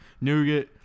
nougat